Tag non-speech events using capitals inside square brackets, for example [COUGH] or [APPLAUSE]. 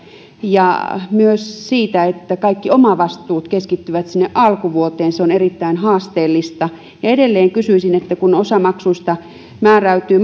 myös se että kaikki omavastuut keskittyvät sinne alkuvuoteen on erittäin haasteellista ja edelleen kysyisin kun osa maksuista määräytyy [UNINTELLIGIBLE]